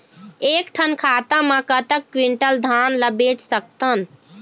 एक ठन खाता मा कतक क्विंटल धान ला बेच सकथन?